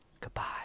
goodbye